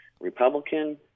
Republican